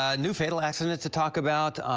ah new fatal accident to talk about,